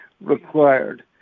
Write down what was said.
required